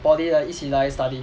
poly 的一起来 study